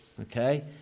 Okay